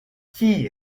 qui